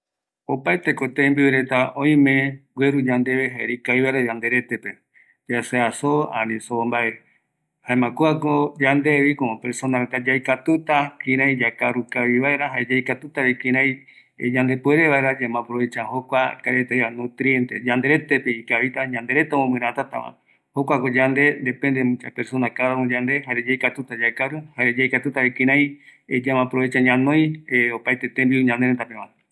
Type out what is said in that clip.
Tembiu reta gueru yandeve ikavi vaera yanderetepe, soo nive ani soo mbae, yandeko yaikatuta kïraï yakaru kavi veara, öïme vaera yanderete ömomɨrata nutriente reta, yanderete peguara, kuako yande yaikatuta yakaru öime ñanoï ñanereta rupiva, jukuraï yaiko kavi vaera